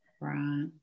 Right